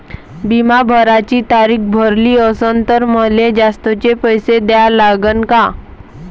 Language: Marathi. बिमा भराची तारीख भरली असनं त मले जास्तचे पैसे द्या लागन का?